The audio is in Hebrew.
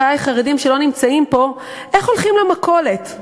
אחי החרדים שלא נמצאים פה, איך הולכים למכולת,